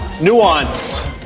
Nuance